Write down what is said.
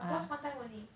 but post one time only